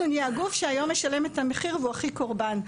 נהיה הגוף שהיום משלם את המחיר והוא הכי קורבן,